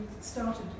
started